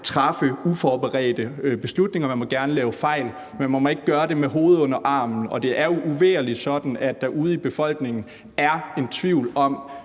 træffe uforberedte beslutninger, man må gerne lave fejl, men man må ikke gøre det med hovedet under armen. Og det er jo uvægerligt sådan, at der ude i befolkningen er en tvivl om,